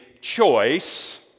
choice